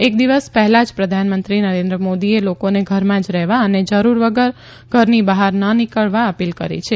એક દિવસ પહેલા જ પ્રધાનમંત્રી નરેન્દ્ર મોદીએ લોકોને ઘરમાં જ રહેવા અને જરૂર વગર ઘરની બહાર ન નીકળવા અપીલ કરી છે